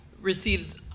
receives